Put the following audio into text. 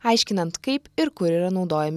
aiškinant kaip ir kur yra naudojami